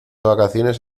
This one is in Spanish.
vacaciones